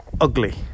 ugly